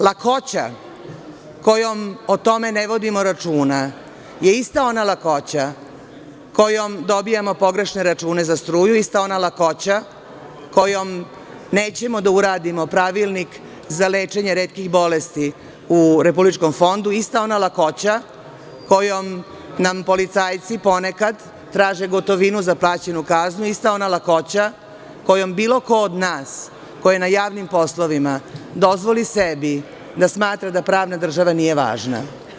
Lakoća kojom o tome ne vodimo računa je ista ona lakoća kojom dobijamo pogrešne račune za struju, ista ona lakoća kojom nećemo da uradimo pravilnik za lečenje retkih bolesti u Republičkom fondu, ista ona lakoća kojom nam policajci ponekad traže gotovinu za plaćenu kaznu, ista ona lakoća kojom bilo ko od nas, ko je na javnim poslovima, dozvoli sebi da smatra da pravna država nije važna.